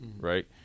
right